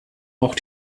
auch